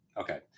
okay